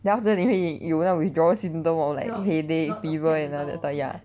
then after that 你会有那种 withdraw symptom or like headache fever and all that stuff ya